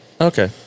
Okay